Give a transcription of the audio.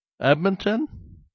Edmonton